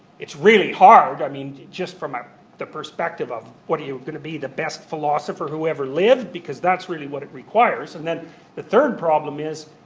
it's really hard. i mean, just from the perspective of what are you going to be, the best philosopher who ever lived? because that's really what it requires. and then the third problem is,